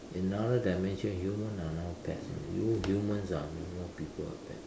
in another dimension human are now pets ah you humans are no more people uh pets